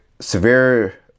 severe